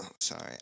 Sorry